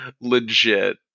legit